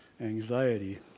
anxiety